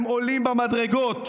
הם עולים במדרגות"